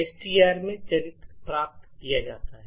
STR में चरित्र प्राप्त किया जाता है